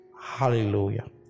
Hallelujah